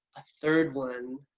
a third one.